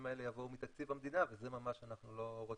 האלה יבואו מתקציב המדינה וזה ממש אנחנו לא רוצים,